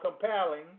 compelling